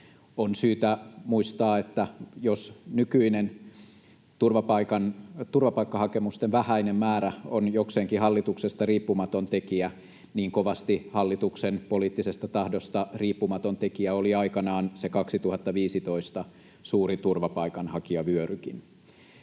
On syytä muistaa, että jos nykyinen turvapaikkahakemusten vähäinen määrä on jokseenkin hallituksesta riippumaton tekijä, niin kovasti hallituksen poliittisesta tahdosta riippumaton tekijä oli aikanaan se vuoden 2015 suuri turvapaikanhakijavyörykin.